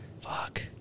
fuck